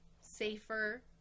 safer